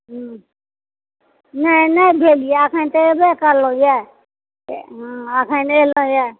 नहि नहि भेलैए एखन तऽ एबे केलहुँ यऽ हँ एखन एलहुँ हँ